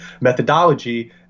methodology